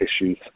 issues